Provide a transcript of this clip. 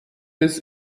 bis